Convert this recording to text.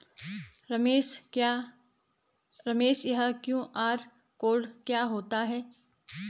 रमेश यह QR code क्या होता है?